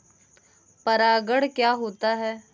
परागण क्या होता है?